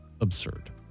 absurd